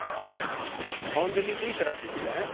آ رہے ہیں home delivery ہی کرا دیجیے گا آئیں